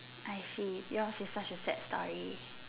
I see yours is such a sad story